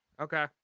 Okay